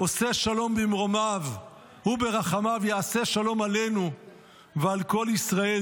"עושה שלום במרומיו הוא ברחמיו יעשה שלום עלינו ועל כל עמו ישראל,